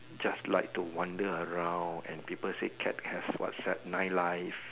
just like to wander around and people said cats have what nine lives